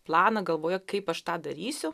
planą galvoje kaip aš tą darysiu